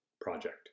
Project